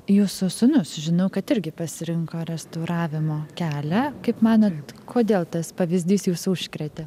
jūsų sūnus žinau kad irgi pasirinko restauravimo kelią kaip manot kodėl tas pavyzdys jūsų užkrėtė